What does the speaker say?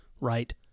right